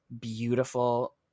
beautiful